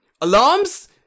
Alarms